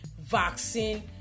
vaccine